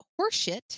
horseshit